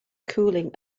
cooling